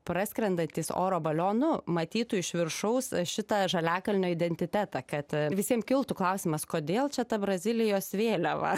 praskrendantys oro balionu matytų iš viršaus šitą žaliakalnio identitetą kad visiem kiltų klausimas kodėl čia ta brazilijos vėliava